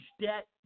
debt